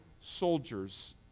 soldiers